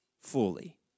fully